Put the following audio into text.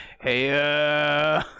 Hey